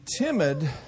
timid